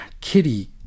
Kitty